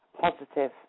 positive